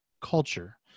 culture